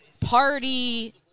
party